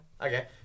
Okay